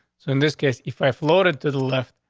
so in this case, if i floated to the left,